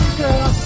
girl